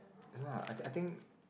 I don't know lah I think I think